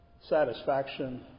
satisfaction